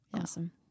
Awesome